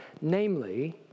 Namely